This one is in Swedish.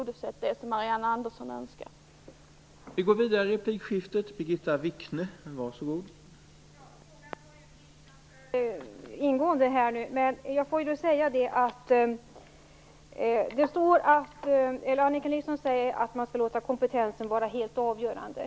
Då har det som Marianne Andersson önskar tillgodosetts.